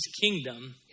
kingdom